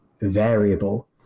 variable